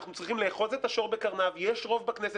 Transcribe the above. אנחנו צריכים לאחוז את השור בקרניו, יש רוב בכנסת.